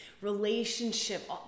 relationship